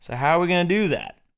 so how're we gonna do that?